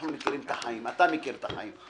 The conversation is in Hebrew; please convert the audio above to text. אנחנו מכירים את החיים, אתה מכיר את החיים.